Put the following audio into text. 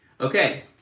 Okay